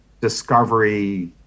discovery